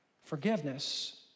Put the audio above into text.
Forgiveness